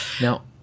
Now